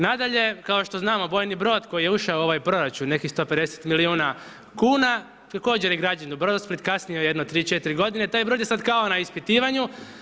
Nadalje, kao što znamo vojni brod koji je ušao u ovaj proračun nekih 150 milijuna kuna također je građen u Brodosplit, kasnio jedno 3, 4 godine, taj brod je sad kao na ispitivanju.